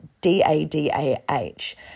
D-A-D-A-H